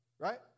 Right